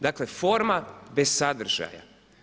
Dakle, forma bez sadržaja.